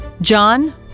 John